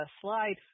slide